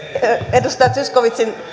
edustaja zyskowiczin